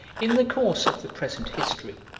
in the course of the present history,